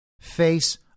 face